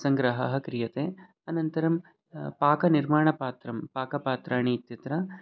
सङ्ग्रहः क्रियते अनन्तरं पाकनिर्माणपात्रं पाकपात्राणि इत्यत्र